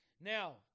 Now